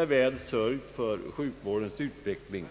är väl sörjt för sjukvårdens utveckling.